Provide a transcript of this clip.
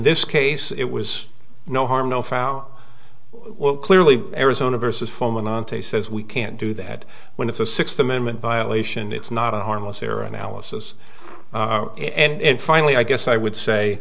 this case it was no harm no foul well clearly arizona versus fulminant a says we can't do that when it's a sixth amendment violation it's not a harmless error analysis and finally i guess i would say